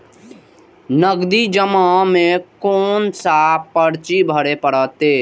नगदी जमा में कोन सा पर्ची भरे परतें?